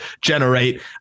Generate